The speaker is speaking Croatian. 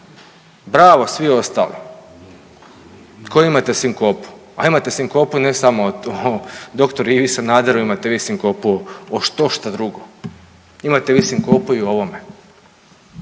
Bravo, svi ostali koji imate sinkopu, a nemate sinkopu, ne samo o dr. Ivi Sanaderu, imate vi sinkopu o štošta drugo. Imate vi sinkopu i o ovome.